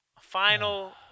Final